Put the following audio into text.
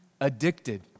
addicted